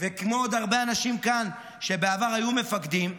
וכמו עוד הרבה אנשים כאן שבעבר היו מפקדים,